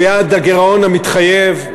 הוא יעד הגירעון המתחייב.